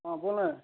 हाँ बोल रहे हैं